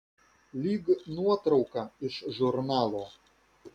lyg nuotrauka iš žurnalo